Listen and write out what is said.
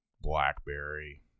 blackberry